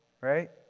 Right